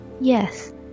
Yes